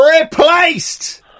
replaced